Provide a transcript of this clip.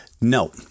No